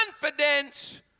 confidence